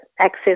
access